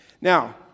Now